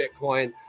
Bitcoin